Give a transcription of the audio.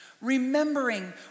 remembering